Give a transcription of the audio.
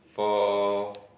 for